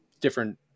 different